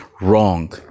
wrong